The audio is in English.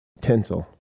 Tinsel